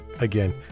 Again